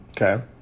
Okay